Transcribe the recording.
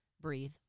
breathe